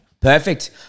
Perfect